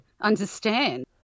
understand